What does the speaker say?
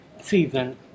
season